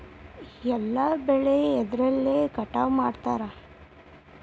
ಎಲ್ಲ ಬೆಳೆ ಎದ್ರಲೆ ಕಟಾವು ಮಾಡ್ತಾರ್?